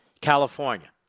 California